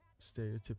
stereotypical